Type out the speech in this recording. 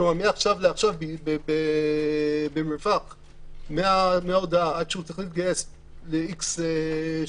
כלומר מעכשיו לעכשיו במרווח מההודעה עד שהוא צריך להתגייס ל-X שעות,